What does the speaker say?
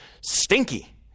stinky